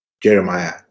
Jeremiah